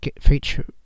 feature